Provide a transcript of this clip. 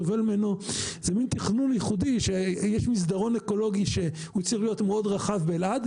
זה מן תכנון ייחודי שיש מסדרון אקולוגי שהוא צריך להיות מאוד רחב באלעד,